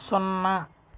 సున్న